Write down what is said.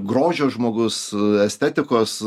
grožio žmogus estetikos